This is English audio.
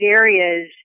areas